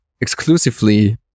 exclusively